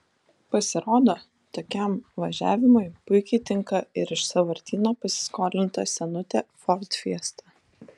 pasirodo tokiam važiavimui puikiai tinka ir iš sąvartyno pasiskolinta senutė ford fiesta